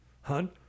hun